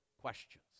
questions